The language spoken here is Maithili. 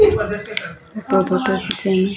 कए गोटाक छै ई